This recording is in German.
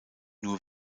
nur